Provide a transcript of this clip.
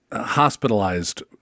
hospitalized